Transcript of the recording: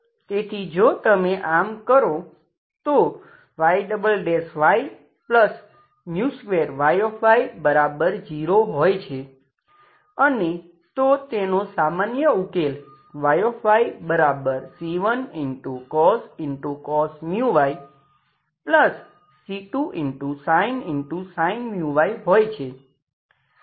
તેથી જો તમે આમ કરો તો Yy2Yy0હોય છે અને તો તેનો સામાન્ય ઉકેલ Yyc1cos μy c2sin μy હોય છે